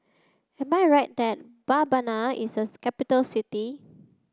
am I right that Babana is a capital city